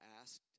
asked